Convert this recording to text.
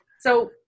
So-